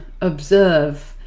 observe